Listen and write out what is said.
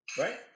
right